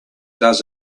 does